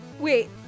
Wait